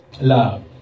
love